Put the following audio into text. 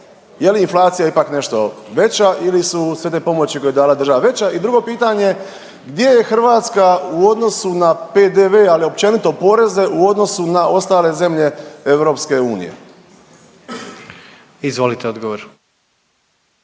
Je li inflacija ipak nešto veća ili su sve te pomoći koje je dala veća? I drugo pitanje gdje je Hrvatska u odnosu na PDV, ali općenito poreze u odnosu na ostale zemlje EU? **Jandroković,